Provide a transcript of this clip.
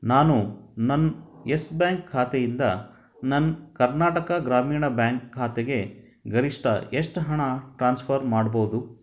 ನಾನು ನನ್ನ Yes Bank ಖಾತೆಯಿಂದ ನನ್ನ ಕರ್ನಾಟಕ ಗ್ರಾಮೀಣ ಬ್ಯಾಂಕ್ ಖಾತೆಗೆ ಗರಿಷ್ಠ ಎಷ್ಟು ಹಣ ಟ್ರಾನ್ಸ್ಫರ್ ಮಾಡ್ಬೋದು